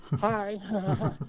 Hi